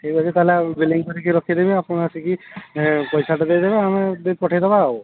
ଠିକ୍ ଅଛି ତା'ହେଲେ ଆଉ ବିଲିଂ କରିକି ରଖିଦେବି ଆପଣ ଆସିକି ପଇସାଟା ଦେଇ ଦେବେ ଆମେ ବିଲ୍ ପଠାଇ ଦେବା ଆଉ